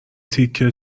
تیکه